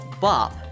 Bob